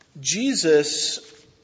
Jesus